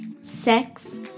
sex